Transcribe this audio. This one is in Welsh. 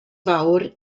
fawr